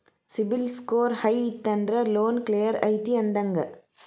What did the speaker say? CIBIL score high ಇತ್ತಂದ್ರ loan clear ಐತಿ ಅಂದಂಗ